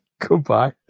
Goodbye